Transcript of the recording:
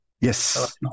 Yes